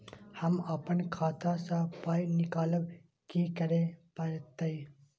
हम आपन खाता स पाय निकालब की करे परतै?